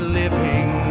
living